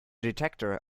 detector